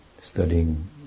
studying